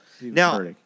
Now